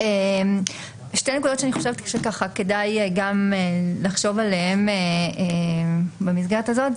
שתי נקודות שאני חושבת שכדאי לחשוב עליהן במסגרת הזאת.